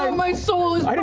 my soul is